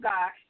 God